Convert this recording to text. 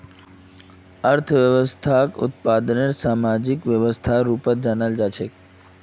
अर्थव्यवस्थाक उत्पादनेर सामाजिक व्यवस्थार रूपत जानाल जा छेक